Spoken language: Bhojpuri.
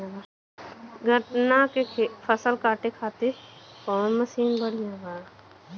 गन्ना के फसल कांटे खाती कवन मसीन बढ़ियां बा?